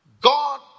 God